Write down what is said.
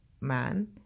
man